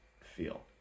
feel